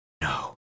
No